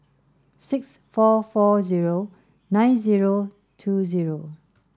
six four four zero nine zero two zero